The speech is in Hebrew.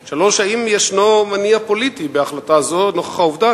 3. האם נובעת ההחלטה ממניעים פוליטיים ומן העובדה